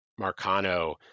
Marcano